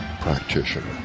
practitioner